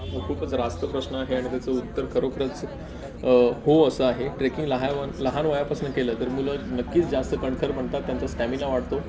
हो खूपच रास्त प्रश्न आहे आणि त्याचं उत्तर खरोखरच हो असं आहे ट्रेकिंग लहाव लहान वयापासून केलं तर मुलं नक्कीच जास्त कणखर बनतात त्यांचा स्टॅमिना वाटतो